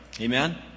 Amen